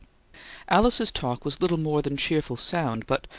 alice's talk was little more than cheerful sound, but,